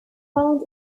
found